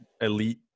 elite